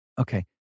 okay